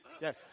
Yes